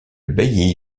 bailli